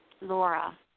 Laura